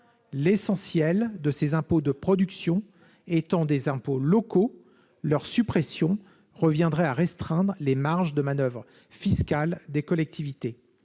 L'essentiel de ces impôts de production étant des impôts locaux, leur suppression reviendrait à restreindre les marges de manoeuvre fiscales des collectivités